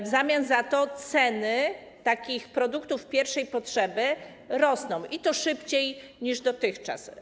W zamian za to ceny produktów pierwszej potrzeby rosną, i to szybciej niż dotychczas.